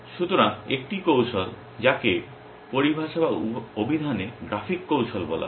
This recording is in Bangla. সুতরাং একটি কৌশল যাকে পরিভাষা বা অভিধানে গ্রাফিক কৌশল বলা হয়